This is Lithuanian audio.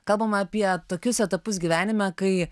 kalbam apie tokius etapus gyvenime kai